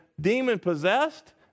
demon-possessed